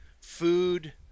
food